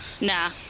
Nah